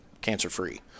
cancer-free